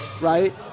right